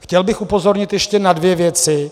Chtěl bych upozornit ještě na dvě věci.